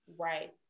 Right